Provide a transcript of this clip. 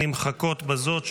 נמחקות בזאת,